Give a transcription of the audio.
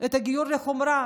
את הגיור לחומרה.